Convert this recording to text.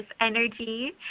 energy